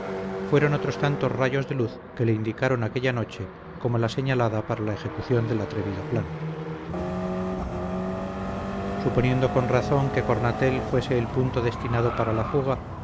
fueron otros tantos rayos de luz que le indicaron aquella noche como la señalada para la ejecución del atrevido plan suponiendo con razón que cornatel fuese el punto destinado para la fuga